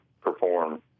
perform